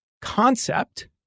concept